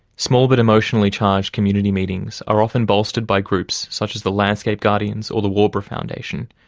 small but emotionally charged community meetings are often bolstered by groups such as the landscape guardians or the waubra foundation,